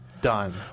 done